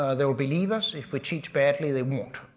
ah they will believe us. if we teach badly, they won't.